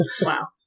Wow